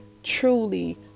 Truly